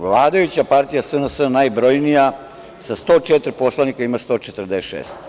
Vladajuća partija SNS, najbrojnija, sa 104 poslanika ima 146.